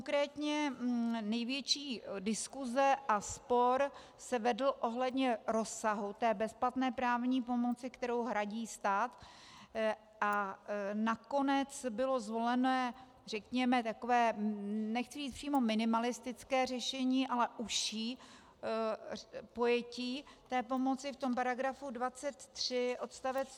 Konkrétně největší diskuse a spor se vedly ohledně rozsahu té bezplatné právní pomoci, kterou hradí stát, a nakonec bylo zvoleno, řekněme, takové nechci říci přímo minimalistické řešení, ale užší pojetí té pomoci v paragrafu 23 odst.